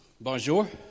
Bonjour